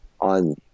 on